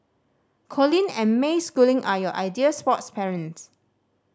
Colin and May Schooling are your ideal sports parents